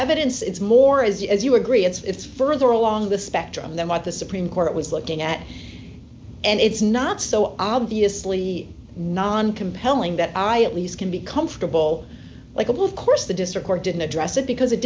evidence it's more as you as you agree it's further along the spectrum than what the supreme court was looking at and it's not so obviously non compelling that i at least can be comfortable likable of course the district court didn't address it because it